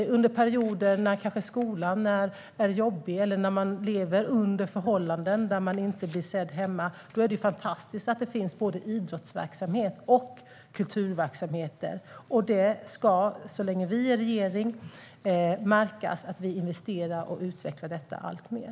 Under perioder när skolan kanske är jobbig eller när man lever under förhållanden där man inte blir sedd hemma är det fantastiskt att det finns både idrottsverksamheter och kulturverksamheter. Så länge vi sitter i regeringen ska det märkas att vi investerar i och utvecklar detta alltmer.